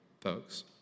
folks